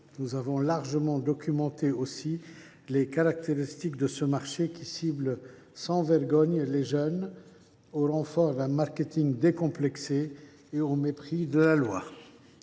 également largement documenté les caractéristiques de ce marché, qui cible sans vergogne les jeunes à l’aide d’un marketing décomplexé et au mépris de la loi.